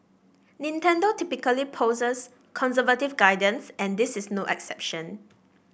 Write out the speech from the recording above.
Nintendo typically posts conservative guidance and this is no exception